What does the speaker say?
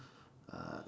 uh